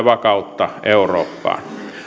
vakautta eurooppaan